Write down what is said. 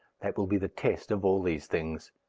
that will be the test of all these things.